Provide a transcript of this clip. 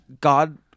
God